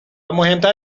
مهمتر